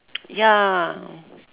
ya